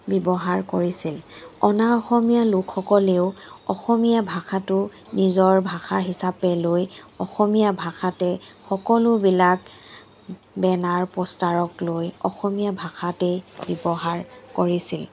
ব্যৱহাৰ কৰিছিল অনা অসমীয়া লোকসকলেও অসমীয়া ভাষাটো নিজৰ ভাষা হিচাপে লৈ অসমীয়া ভাষাতে সকলোবিলাক বেনাৰ পোষ্টাৰক লৈ অসমীয়া ভাষাতে ব্যৱহাৰ কৰিছিল